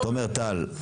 תומר טל.